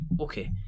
okay